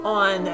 on